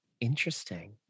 Interesting